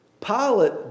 Pilate